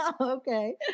Okay